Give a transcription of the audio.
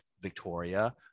Victoria